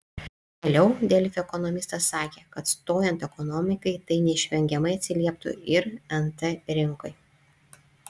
vėliau delfi ekonomistas sakė kad stojant ekonomikai tai neišvengiamai atsilieptų ir nt rinkai